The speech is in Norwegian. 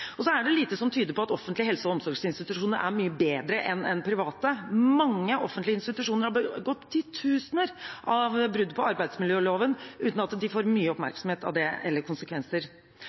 Og så er det lite som tyder på at offentlige helse- og omsorgsinstitusjoner er mye bedre enn private. Mange offentlige institusjoner har begått titusener av brudd på arbeidsmiljøloven uten at de får mye oppmerksomhet av den grunn eller at det får konsekvenser.